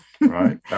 Right